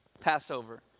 Passover